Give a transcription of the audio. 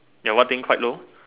ya what thing quite low